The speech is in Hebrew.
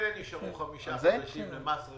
ממילא נשארו חמישה חודשים למס רכישה.